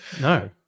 No